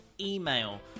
email